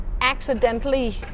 accidentally